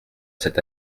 cet